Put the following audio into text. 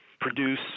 produce